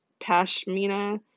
pashmina